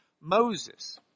Moses